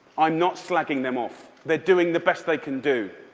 i'm not slagging them off. they're doing the best they can do.